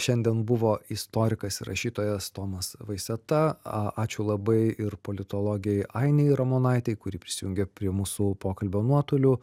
šiandien buvo istorikas ir rašytojas tomas vaiseta a ačiū labai ir politologei ainei ramonaitei kuri prisijungė prie mūsų pokalbio nuotoliu